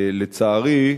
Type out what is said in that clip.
לצערי,